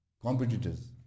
competitors